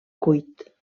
cuit